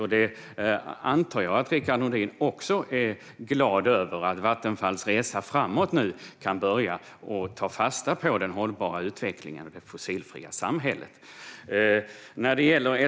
Jag antar att även Rickard Nordin är glad över att Vattenfalls resa framåt nu kan börja och att den kan ta fasta på den hållbara utvecklingen mot ett fossilfritt samhälle.